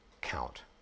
count